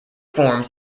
forms